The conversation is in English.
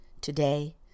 today